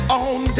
on